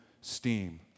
steam